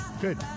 Good